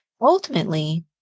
ultimately